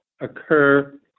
occur